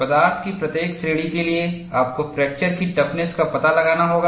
पदार्थ की प्रत्येक श्रेणी के लिए आपको फ्रैक्चर की टफनेस का पता लगाना होगा